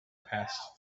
passed